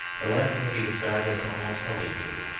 the left may be described as almost wholly blue.